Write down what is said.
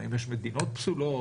האם יש מדינות פסולות?